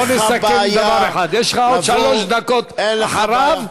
בוא נסכם דבר אחד: יש לך עוד שלוש דקות אחריו.